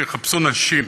שיחפשו נשים,